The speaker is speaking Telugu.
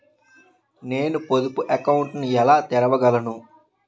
నేను పొదుపు అకౌంట్ను ఎలా తెరవగలను?